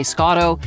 Scotto